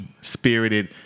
spirited